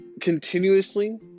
continuously